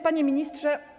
Panie Ministrze!